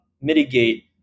mitigate